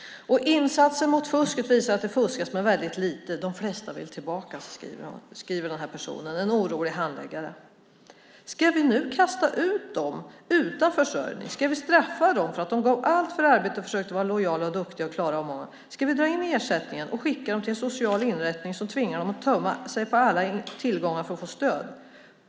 Insatser mot fusket visar att det fuskas med väldigt lite. De flesta vill tillbaka, skriver den här personen, en orolig handläggare. Ska vi nu kasta ut dem utan försörjning? Ska vi straffa dem för att de gav allt för arbetet och försökte vara lojala och duktiga? Ska vi dra in ersättningen och skicka dem till en social inrättning som tvingar dem att tömma alla tillgångar för att få stöd?